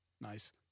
Nice